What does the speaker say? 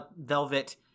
velvet